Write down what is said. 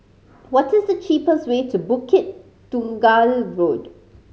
what is the cheapest way to Bukit Tunggal Road